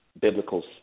biblical